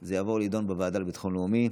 זה יעבור להידון בוועדה לביטחון לאומי.